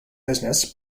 business